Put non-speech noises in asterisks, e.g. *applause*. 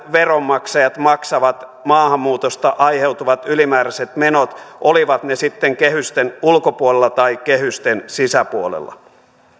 *unintelligible* veronmaksajat maksavat maahanmuutosta aiheutuvat ylimääräiset menot olivat ne sitten kehysten ulkopuolella tai kehysten sisäpuolella